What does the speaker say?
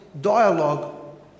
dialogue